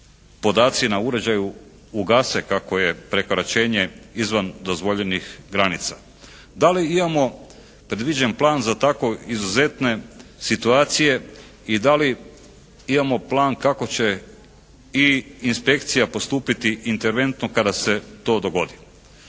na uređaju ugase kako je prekoračenje izvan dozvoljenih granica? Da li imamo predviđen plan za tako izuzetne situacije? I da li imamo plan kako će i inspekcija postupiti interventno kada se to dogodi?